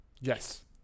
Yes